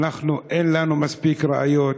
אנחנו, אין לנו מספיק ראיות,